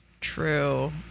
true